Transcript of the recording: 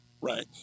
Right